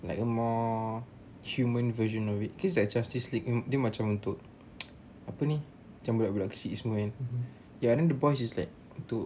like a more human version of it feels like justice league um dia macam untuk apa ni macam budak-budak kecil ni semua kan ya then the boys is like untuk